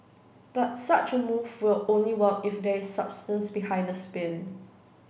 but such a move will only work if there is substance behind the spin